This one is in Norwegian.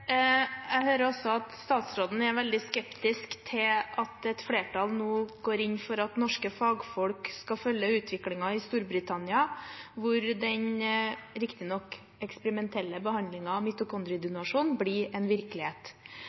Jeg hører også at statsråden er veldig skeptisk til at et flertall nå går inn for at norske fagfolk skal følge utviklingen i Storbritannia, hvor den riktignok eksperimentelle behandlingen mitokondriedonasjon blir en virkelighet.